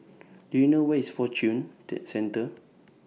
Do YOU know Where IS Fortune Centre